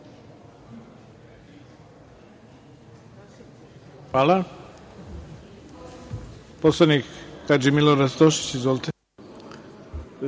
Hvala,